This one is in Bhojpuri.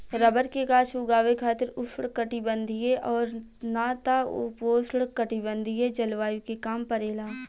रबर के गाछ उगावे खातिर उष्णकटिबंधीय और ना त उपोष्णकटिबंधीय जलवायु के काम परेला